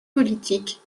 politique